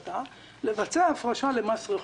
לבצע הפרשה למס רכוש,